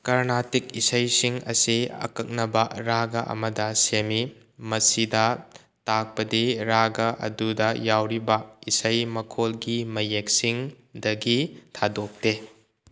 ꯀꯥꯔꯅꯥꯇꯤꯛ ꯏꯁꯩꯁꯤꯡ ꯑꯁꯤ ꯑꯀꯛꯅꯕ ꯔꯥꯒ ꯑꯝꯗ ꯁꯦꯝꯏ ꯃꯁꯤꯗ ꯇꯥꯛꯄꯗꯤ ꯔꯥꯒ ꯑꯗꯨꯗ ꯌꯥꯎꯔꯤꯕ ꯏꯁꯩ ꯃꯈꯣꯜꯒꯤ ꯃꯌꯦꯛꯁꯤꯡꯗꯒꯤ ꯊꯥꯗꯣꯛꯇꯦ